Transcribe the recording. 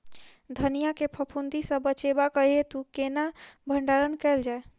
धनिया केँ फफूंदी सऽ बचेबाक हेतु केना भण्डारण कैल जाए?